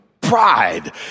pride